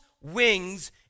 wings